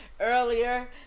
earlier